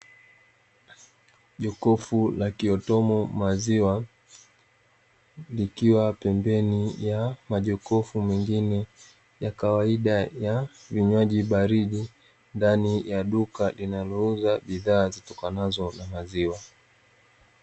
Jokofu la kiotumu maziwa likiwa pembeni ya majokofu mengine ya kawaida ya vinywaji baridi ndani ya duka linalouza bidhaa zitokanazo na maziwa.